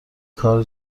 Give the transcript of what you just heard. کار